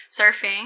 surfing